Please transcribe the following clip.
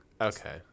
Okay